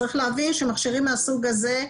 צריך להבין שמכשירים מהסוג הזה,